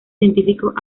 científicos